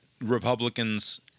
republicans